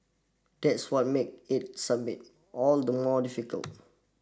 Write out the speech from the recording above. that's what make it summit all the more difficult